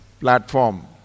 platform